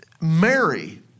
Mary